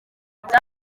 bya